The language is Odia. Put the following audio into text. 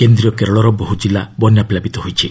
କେନ୍ଦ୍ରୀୟ କେରଳର ବହୁ ଜିଲ୍ଲା ବନ୍ୟାପ୍ଲାବିତ ହୋଇଛି